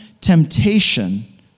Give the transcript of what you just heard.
temptation